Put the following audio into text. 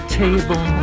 table